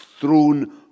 thrown